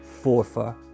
Forfa